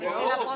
ברור.